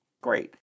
Great